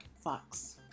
Fox